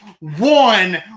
one